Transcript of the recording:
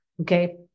Okay